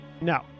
No